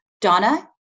Donna